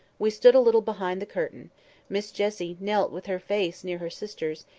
we stood a little behind the curtain miss jessie knelt with her face near her sister's,